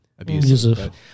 Abusive